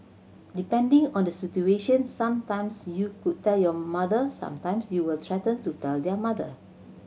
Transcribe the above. depending on the situation some times you could tell your mother some times you will threaten to tell their mother